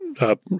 up